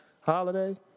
holiday